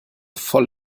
voll